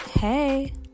Hey